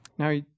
Now